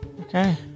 Okay